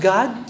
God